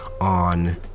on